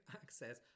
access